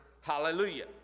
hallelujah